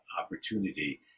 opportunity